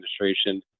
Administration